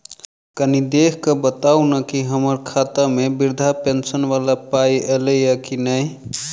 कनि देख कऽ बताऊ न की हम्मर खाता मे वृद्धा पेंशन वला पाई ऐलई आ की नहि?